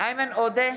איימן עודה,